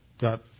got